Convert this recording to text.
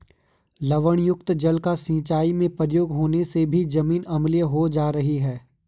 लवणयुक्त जल का सिंचाई में प्रयोग होने से भी जमीन अम्लीय हो जा रही है